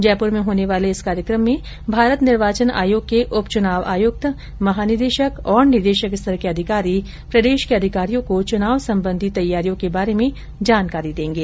जयपुर मे होने वाले इस कार्यक्रम में भारत निर्वोचन आयोग के उप चुनाव आयुक्त महानिदेशक और निदेशक स्तर के अधिकारी प्रदेश के अधिकारियों को चुनाव संबंधी तैयारियों के बारे में जानकारी देंगे